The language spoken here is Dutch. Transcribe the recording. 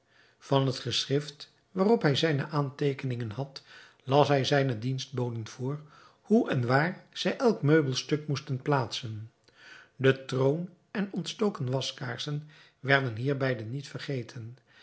van het geschrift waarop hij zijne aanteekeningen had las hij zijnen dienstboden voor hoe en waar zij elk meubelstuk moesten plaatsen de troon en ontstoken waskaarsen werden hierbij niet vergeten